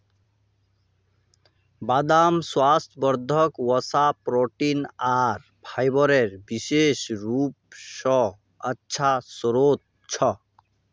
बदाम स्वास्थ्यवर्धक वसा, प्रोटीन आर फाइबरेर विशेष रूप स अच्छा स्रोत छ